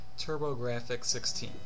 TurboGrafx-16